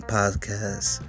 Podcast